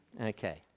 Okay